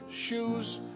shoes